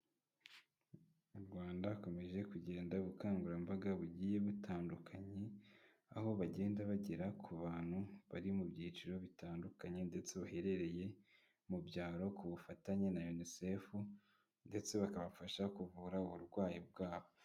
Mu Rwanda hakomeje kugenda ubukangurambaga bugiye butandukanye aho bagenda bagera ku bantu bari mu byiciro bitandukanye ndetse baherereye mu byaro ku bufatanye na UNICEF, ndetse bakabafasha kuvura uburwayi bwabo.